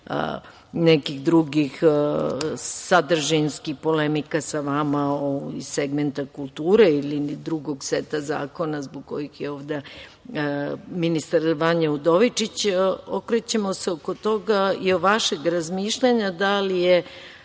nekih drugih sadržinskih polemika sa vama iz segmenta kulture ili drugog seta zakona zbog kojih je ovde ministar Vanja Udovičić okrećemo se oko toga i vašeg razmišljanja da li bi